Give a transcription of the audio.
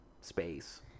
space